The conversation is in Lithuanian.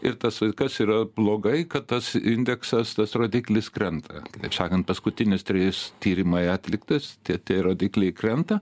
ir tas vat kas yra blogai kad tas indeksas tas rodiklis krenta taip sakant paskutinius trejus tyrimai atliktas tai tie rodikliai krenta